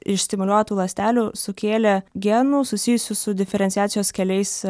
iš stimuliuotų ląstelių sukėlė genų susijusių su diferenciacijos keliais